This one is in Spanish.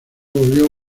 volvió